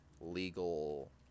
legal